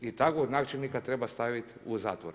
I takvog načelnika treba staviti u zatvor.